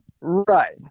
Right